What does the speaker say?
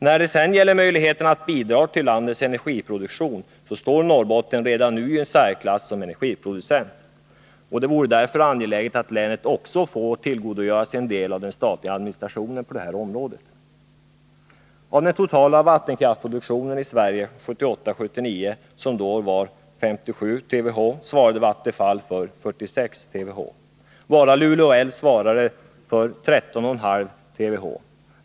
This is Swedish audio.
När det sedan gäller möjligheterna att bidra till landets energiproduktion står Norrbotten redan nu i särklass som energiproducent. Det vore därför angeläget att länet också fick tillgodogöra sig en del av den statliga administrationen på detta område. Av den totala vattenkraftsproduktionen i Sverige 1978/79, som då var 57 TWh, svarade Vattenfall för 46 TWh. Bara Luleå älv svarade för 13,5 TWh.